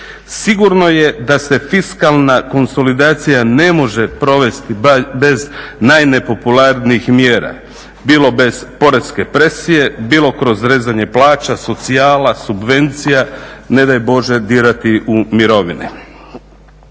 Sigurno je da se fiskalna konsolidacija ne može provesti bez najnepopularnijih mjera. Bilo bez porezne presije, bilo kroz rezanje plaća, socijala, subvencija, ne daj Bože dirati u mirovine.